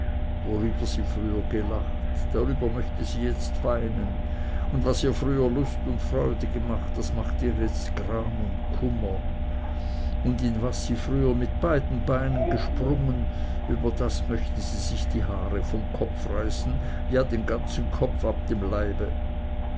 worüber sie früher gelacht darüber möchte sie jetzt weinen und was ihr früher lust und freude gemacht das macht ihr jetzt gram und kummer und in was sie früher mit beiden beinen gesprungen über das möchte sie sich die haare vom kopfe reißen ja den ganzen kopf ab dem leibe